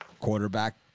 quarterback